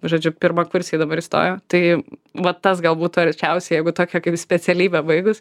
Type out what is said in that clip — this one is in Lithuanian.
žodžiu pirmakursiai dabar įstojo tai va tas gal būtų arčiausiai jeigu tokią specialybę baigus